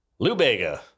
lubega